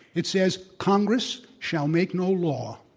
it says congress shall make no law